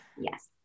Yes